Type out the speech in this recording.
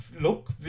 look